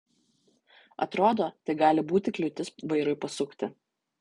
atrodo tai gali būti kliūtis vairui pasukti